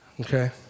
Okay